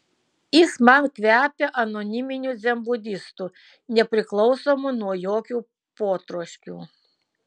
jis man kvepia anoniminiu dzenbudistu nepriklausomu nuo jokių potroškių